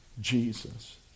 Jesus